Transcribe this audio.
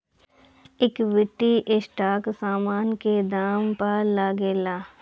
equity stock समान के दाम पअ लागेला